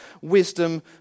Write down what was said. wisdom